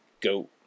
goat